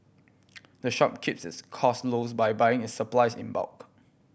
the shop keeps its cost low by buying its supplies in bulk